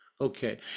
Okay